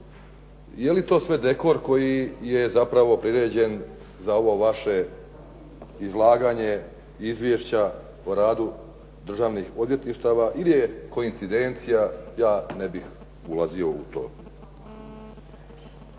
Je li to sve dekor koji je zapravo priređen za ovo vaše izlaganje Izvješća o radu državnih odvjetništava ili je koincidencija ja ne bih ulazio u to.